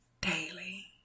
daily